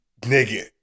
Nigga